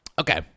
Okay